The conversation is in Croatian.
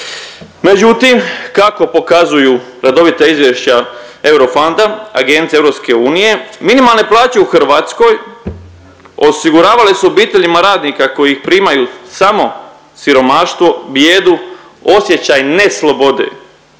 Međutim kako pokazuju redovita izvješća Euro Fandam, agencije EU, minimalne plaće u Hrvatskoj osiguravale su obiteljima radnika koji ih primaju, samo siromaštvo, bijedu, osjećaj neslobode.